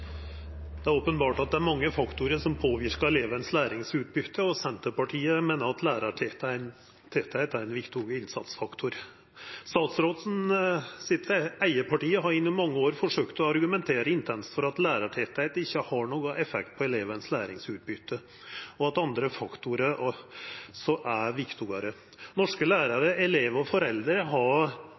openbert at mange faktorar påverkar læringsutbytet til eleven. Senterpartiet meiner at lærartettleik er ein viktig innsatsfaktor. Statsråden sitt eige parti har gjennom mange år forsøkt å argumentera intenst for at lærartettleik ikkje har nokon effekt på læringsutbytet til eleven, og at andre faktorar er viktigare. Norske lærarar, elevar og foreldre har